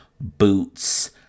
boots